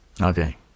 Okay